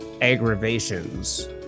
aggravations